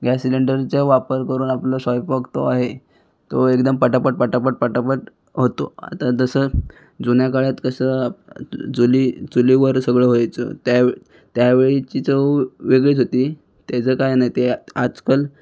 gas सिलिंडरचा वापर करुन आपला स्वयंपाक तो आहे तो एकदम पटापट पटापट पटापट होतो आता जसं जुन्या काळात कसं चुली चुलीवर सगळं व्हायचं त्यावे त्यावेळची चव वेगळीच होती त्याचं काय नाही ते आजकाल